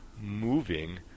moving